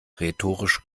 rhetorisch